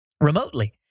remotely